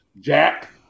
Jack